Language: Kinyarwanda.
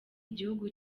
igihugu